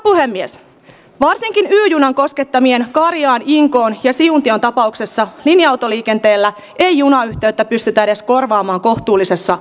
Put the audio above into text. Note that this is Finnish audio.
varsinkin y junan koskettamien karjaan inkoon ja siuntion tapauksessa linja autoliikenteellä ei junayhteyttä pystytä edes korvaamaan kohtuullisessa matkustusajassa